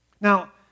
Now